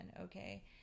okay